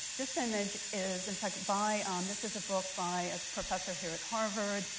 this image is, in fact, by um this is a book by a professor here at harvard,